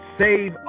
save